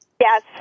Yes